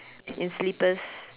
in slippers